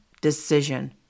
decision